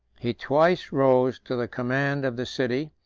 he twice rose to the command of the city,